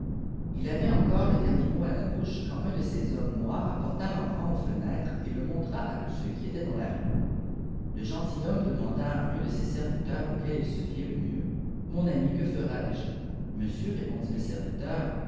il avait encore le dernier mot àl i boucek uand un de ces hommes noirs apporta l enfant aux fenêtres et le inoia à tous ceux qui étaient dans la rué le geaatilhomme demanda à un de ses serviteurs auquel il se fiait le mieux mon ami que feti jeî monsieur répond le serviteur